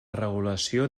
regulació